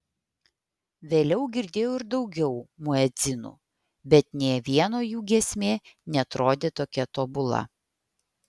vėliau girdėjau ir daugiau muedzinų bet nė vieno jų giesmė neatrodė tokia tobula